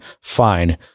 fine